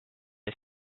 ees